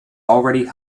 already